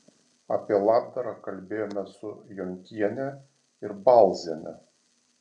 apie labdarą kalbėjome su jonkiene ir balziene